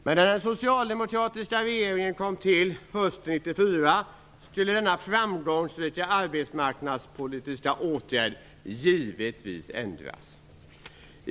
Men när den socialdemokratiska regeringen tillträdde hösten 1994 skulle denna framgångsrika arbetsmarknadspolitiska åtgärd givetvis ändras.